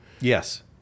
Yes